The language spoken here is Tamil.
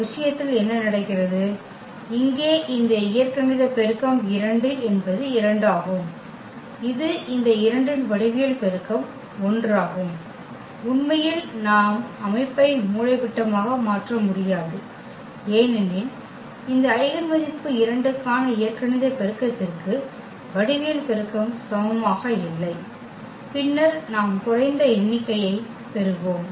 இந்த விஷயத்தில் என்ன நடக்கிறது இங்கே இந்த இயற்கணித பெருக்கம் 2 என்பது 2 ஆகும் இது இந்த 2 இன் வடிவியல் பெருக்கம் 1 ஆகும் உண்மையில் நாம் அமைப்பை மூலைவிட்டமாக மாற்ற முடியாது ஏனெனில் இந்த ஐகென் மதிப்பு 2 க்கான இயற்கணித பெருக்கத்திற்கு வடிவியல் பெருக்கம் சமமாக இல்லை பின்னர் நாம் குறைந்த எண்ணிக்கையைப் பெறுவோம்